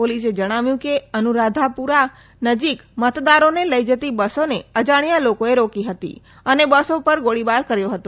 પોલીસે જણાવ્યું કે અનુરાધાપુરા નજીક મતદારોને લઇ જતી બસોને અજાણ્યા લોકોએ રોકી હતી અને બસો પર ગોળીબાર કર્યો હતો